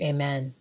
Amen